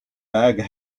bag